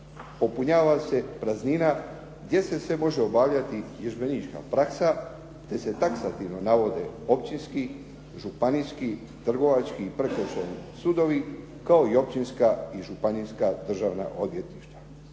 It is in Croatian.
popunjava se praznina gdje se sve može obavljati vježbenička praksa, te se taksativno navode općinski, županijski, trgovački i prekršajni sudovi kao i općinska i županijska državna odvjetništva.